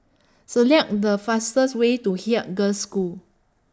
Select The fastest Way to Haig Girls' School